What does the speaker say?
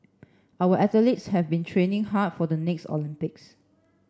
our athletes have been training hard for the next Olympics